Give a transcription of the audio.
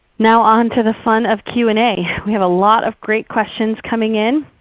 now, onto the fun of q and a. we have a lot of great questions coming in.